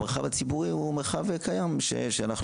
המרחב הציבורי הוא מרחב קיים שאנחנו